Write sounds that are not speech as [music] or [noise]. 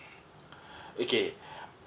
[breath] okay [breath]